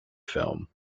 film